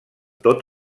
tot